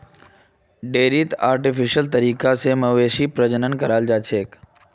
डेयरीत आर्टिफिशियल तरीका स मवेशी प्रजनन कराल जाछेक